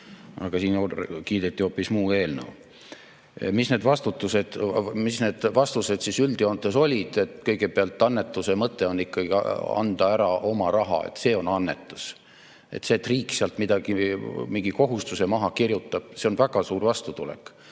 Aga siin kiideti hoopis muud eelnõu. Mis need vastused siis üldjoontes olid? Kõigepealt, annetuse mõte on anda ära oma raha, see on annetus. See, et riik sealt mingi kohustuse maha kirjutab, on väga suur vastutulek.